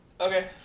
Okay